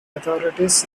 authorities